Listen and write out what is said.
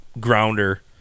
grounder